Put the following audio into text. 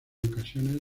ocasiones